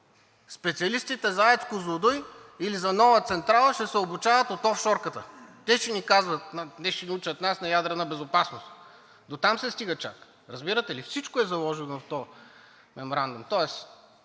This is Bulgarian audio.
Специалистите за АЕЦ „Козлодуй“ или за нова централа ще се обучават от офшорката. Те ще ни учат нас на ядрена безопасност, дотам се стига чак, разбирате ли? Всичко е заложено в този меморандум.